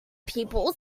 people